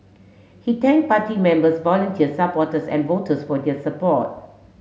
he thank party members volunteer supporters and voters for their support